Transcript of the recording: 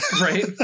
right